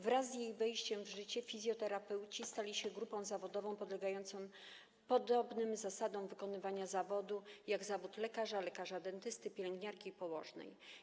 Wraz z jej wejściem w życie fizjoterapeuci stali się grupą zawodową podlegającą podobnym zasadom wykonywania zawodu jak lekarze, lekarze dentyści, pielęgniarki i położne.